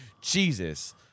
Jesus